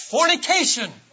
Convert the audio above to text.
fornication